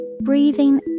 Breathing